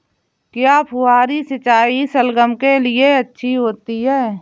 क्या फुहारी सिंचाई शलगम के लिए अच्छी होती है?